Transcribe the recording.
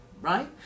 right